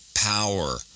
Power